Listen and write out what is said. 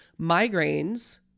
migraines